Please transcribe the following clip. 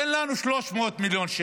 אין לנו 300 מיליון שקל.